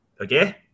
Okay